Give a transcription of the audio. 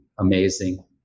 amazing